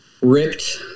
ripped